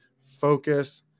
focus